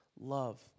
love